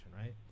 right